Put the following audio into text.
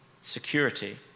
security